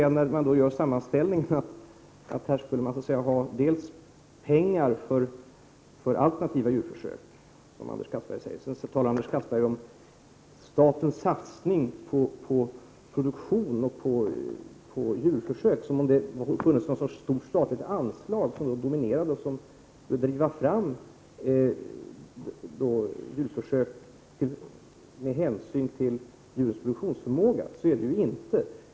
Anders Castberger säger att det skulle behövas mer pengar för alternativa metoder. Anders Castberger talar också om statens satsning på produktion och djurförsök, som om det funnes något stort statligt anslag som skulle driva fram djurförsök med hänsyn till djurens produktionsförmåga. Så är det inte.